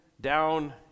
down